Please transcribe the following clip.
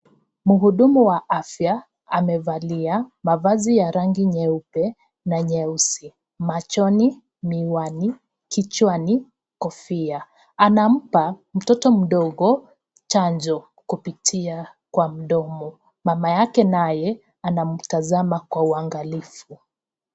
Mhudumu wa afya amevalia mavazi ya rangi nyeupe na nyeusi. Machoni miwani, kichwani kofia. Anampa mtoto mdogo chanjo kupitia kwa mdomo. Mama yake naye anamtazama kwa uangalifu.